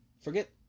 Forget